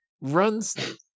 runs